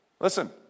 Listen